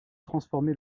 transformer